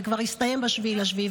זה כבר יסתיים ב-7 ביולי.